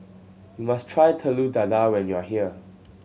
must try Telur Dadah when you are here